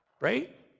right